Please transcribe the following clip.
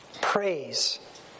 Praise